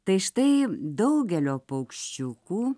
tai štai daugelio paukščiukų